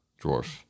dwarf